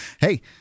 Hey